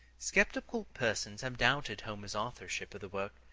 skeptical persons have doubted homer's authorship of the work,